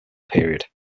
period